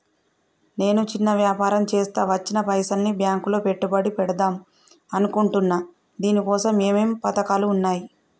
నేను చిన్న వ్యాపారం చేస్తా వచ్చిన పైసల్ని బ్యాంకులో పెట్టుబడి పెడదాం అనుకుంటున్నా దీనికోసం ఏమేం పథకాలు ఉన్నాయ్?